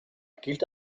gilt